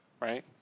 right